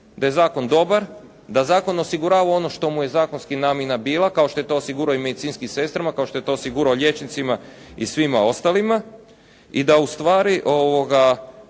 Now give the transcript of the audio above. da je zakon dobar, da zakon osigurava ono što mu je zakonski namjena bila, kao što je to osigurao i medicinskim sestrama, kao što je to osigurao liječnicima i svima ostalima. I da ustvari